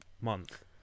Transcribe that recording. month